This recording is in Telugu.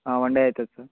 వన్ డే అవుతుంది సార్